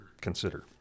consider